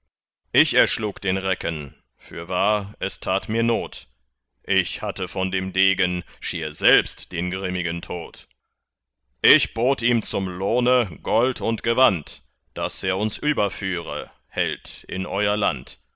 ich erschlug den recken fürwahr es tat mir not ich hatte von dem degen schier selbst den grimmigen tod ich bot ihm zum lohne gold und gewand daß er uns überführe held in euer land